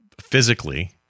physically